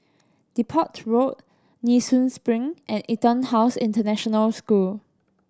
Depot Road Nee Soon Spring and EtonHouse International School